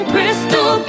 Crystal